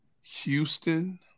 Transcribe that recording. Houston